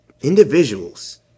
individuals